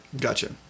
Gotcha